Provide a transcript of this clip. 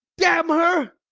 damn her!